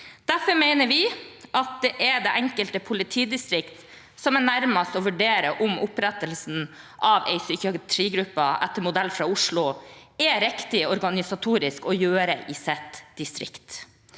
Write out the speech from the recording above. Derfor mener vi det er det enkelte politidistrikt som er nærmest å vurdere om opprettelsen av en psykiatrigruppe etter modell fra Oslo er det riktige å gjøre organisatorisk i sitt distrikt.